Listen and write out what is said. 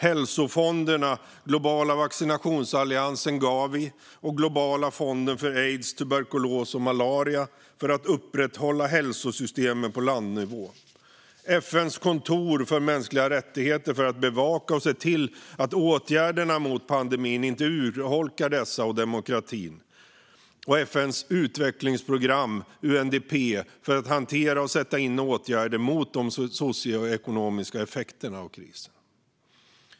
Hälsofonderna, den globala vaccinationsalliansen Gavi och Globala fonden mot aids, tuberkulos och malaria, för att upprätthålla hälsosystemen på landnivå. FN:s kontor för mänskliga rättigheter, för att bevaka och se till att åtgärderna mot pandemin inte urholkar dessa rättigheter och demokratin. FN:s utvecklingsprogram UNDP, för att hantera och sätta in åtgärder mot de socioekonomiska effekterna av krisen.